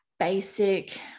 basic